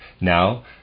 Now